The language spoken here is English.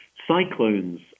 Cyclones